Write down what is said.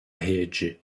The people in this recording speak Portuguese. rede